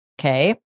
okay